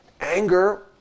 anger